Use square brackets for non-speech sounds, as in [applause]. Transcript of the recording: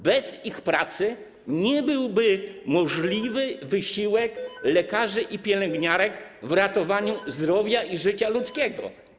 Bez ich pracy nie byłby możliwy [noise] wysiłek lekarzy i pielęgniarek przy ratowaniu zdrowia i życia ludzkiego.